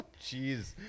Jeez